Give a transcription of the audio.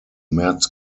märz